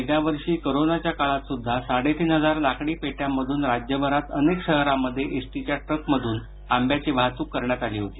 गेल्या वर्षी करोनाच्या काळातसुद्धा साडेतीन हजार लाकडी पेट्यांमधून राज्यभरात अनेक शहरांमध्ये एसटीच्या ट्रकमध्न आंब्याची वाहतूक करण्यात आली होती